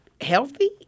healthy